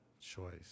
choice